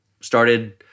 started